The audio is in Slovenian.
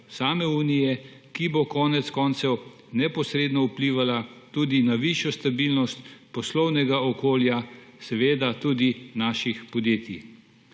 same Unije, ki bo konec koncev neposredno vplivala tudi na višjo stabilnost poslovnega okolja, seveda, tudi naših podjetij.